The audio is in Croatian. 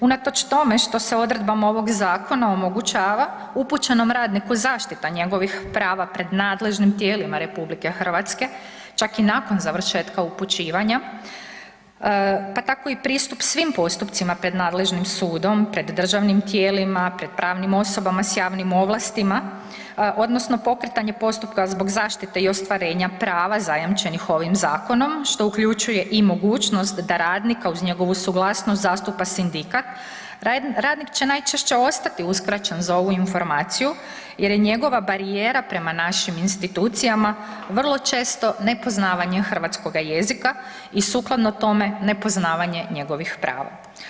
Unatoč tome što se odredbama ovog zakona omogućava upućenom radniku zaštita njegovih prava pred nadležnim tijelima RH, čak i nakon završetka upućivanja pa tako i pristup svim postupcima pred nadležnim sudom, pred državnim tijelima, pred pravnim osobama s javnim ovlastima odnosno pokretanje postupka zbog zaštite i ostvarenja prava zajamčenih ovim zakonom što uključuje i mogućnost da radnika uz njegovu suglasnost zastupa sindikat, radnik će najčešće ostati uskraćen za ovu informaciju jer je njegova barijera prema našim institucijama vrlo često nepoznavanje hrvatskoga jezika i sukladno tome nepoznavanje njegovih prava.